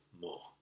more